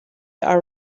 are